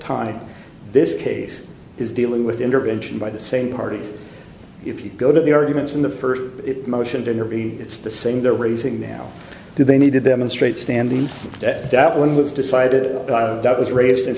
time this case is dealing with intervention by the same party if you go to the arguments in the first motion to intervene it's the same they're raising now do they need to demonstrate standing that that one was decided that was raised in